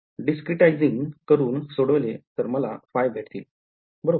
Discretizing करून सोडवले तर मला फाय भेटतील बरोबर